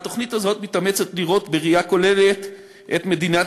התוכנית הזאת מתאמצת לראות בראייה כוללת את מדינת